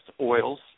oils